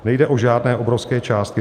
Nejde o žádné obrovské částky.